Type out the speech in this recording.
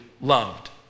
loved